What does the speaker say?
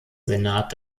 senat